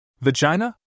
Vagina